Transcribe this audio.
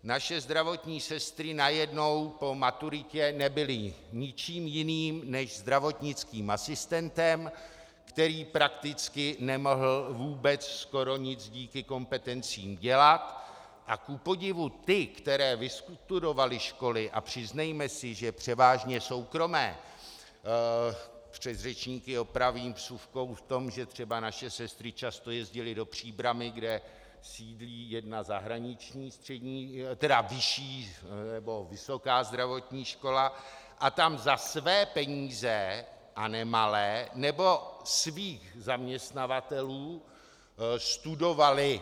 Naše zdravotní sestry najednou po maturitě nebyly ničím jiným než zdravotnickým asistentem, který prakticky nemohl vůbec skoro nic díky kompetencím dělat, a kupodivu ty, které vystudovaly školy, a přiznejme si, že převážně soukromé předřečníky opravím vsuvkou v tom, že třeba naše sestry často jezdily do Příbrami, kde sídlí jedna zahraniční vysoká zdravotní škola, a tam za své peníze, a nemalé, nebo svých zaměstnavatelů studovaly.